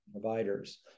providers